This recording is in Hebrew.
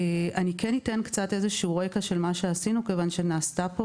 אני כן אתן קצת רקע של מה שעשינו כיוון שנעשתה פה